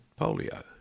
polio